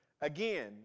again